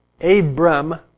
Abram